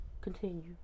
Continue